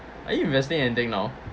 are you investing anything now